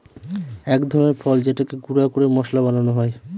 এক ধরনের ফল যেটাকে গুঁড়া করে মশলা বানানো হয়